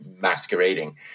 masquerading